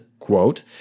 Quote